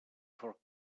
for